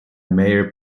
mayor